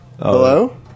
Hello